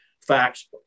facts